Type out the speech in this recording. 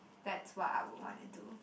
that's what I would wanna do